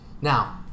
Now